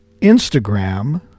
Instagram